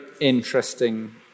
interesting